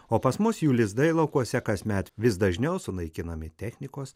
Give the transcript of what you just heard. o pas mus jų lizdai laukuose kasmet vis dažniau sunaikinami technikos